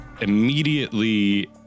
Immediately